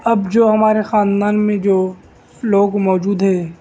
اب جو ہمارے خاندان میں جو لوگ موجود ہے